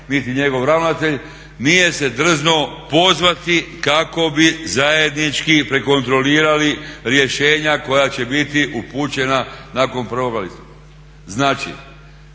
niti njegov ravnatelj nije se drznuo pozvati kako bi zajednički prekontrolirali rješenja koja će biti upućena nakon 1. listopada. Znači